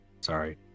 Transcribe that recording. sorry